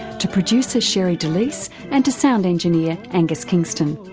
to producer shere delys and to sound engineer angus kingston.